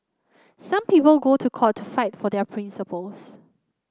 some people go to court to fight for their principles